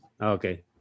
okay